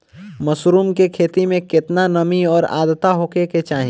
Mushroom की खेती में केतना नमी और आद्रता होखे के चाही?